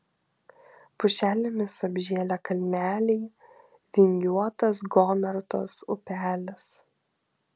pušelėmis apžėlę kalneliai vingiuotas gomertos upelis